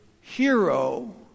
hero